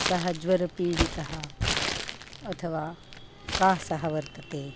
सः ज्वरपीडितः अथवा कासः वर्तते